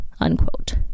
unquote